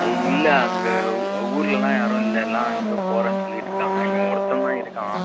இல்லை அங்கே ஊரிலலாம் யாரும் இல்லை எல்லாம் எங்கேயோ போகிறேன் சொல்லிட்டுருக்காங்க இவன் ஒருத்தன் தான் இருக்கான்